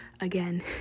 again